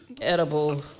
edible